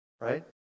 right